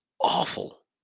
awful